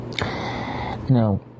No